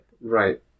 Right